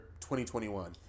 2021